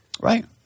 right